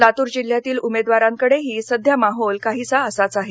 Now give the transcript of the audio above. लातूर जिल्ह्यातील उमेदवारांकडेही सध्या माहोल काहीसा असाच आहे